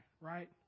right